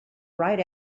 right